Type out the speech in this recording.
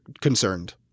concerned